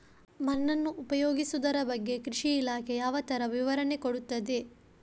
ಮಣ್ಣನ್ನು ಉಪಯೋಗಿಸುದರ ಬಗ್ಗೆ ಕೃಷಿ ಇಲಾಖೆ ಯಾವ ತರ ವಿವರಣೆ ಕೊಡುತ್ತದೆ?